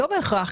לא בהכרח.